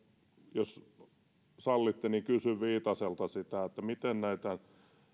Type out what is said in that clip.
jos sallitte kysyn viitaselta sitä että miten näitä